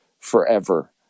forever